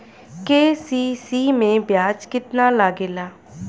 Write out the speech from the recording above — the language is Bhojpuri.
के.सी.सी में ब्याज कितना लागेला?